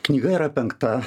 knyga yra penkta